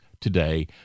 today